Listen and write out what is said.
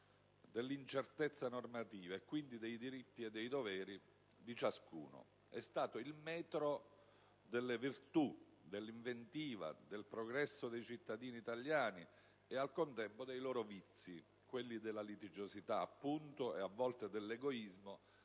dell'incertezza normativa e quindi dei diritti e dei doveri di ciascuno. È stato il metro delle virtù, dell'inventiva, del progresso dei cittadini italiani e, al contempo, dei loro vizi, quelli della litigiosità appunto e, a volte, dell'egoismo,